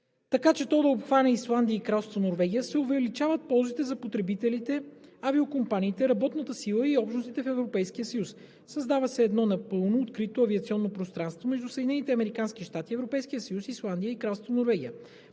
така че то да обхване Исландия и Кралство Норвегия, се увеличават ползите за потребителите, авиокомпаниите, работната сила и общностите в Европейския съюз. Създава се едно напълно открито авиационно пространство между Съединените американски щати,